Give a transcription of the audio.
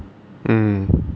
mm